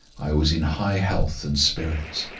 i was in high health and spirits.